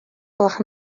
gwelwch